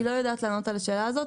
אני לא יודעת לענות על השאלה הזאת.